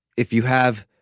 if you have.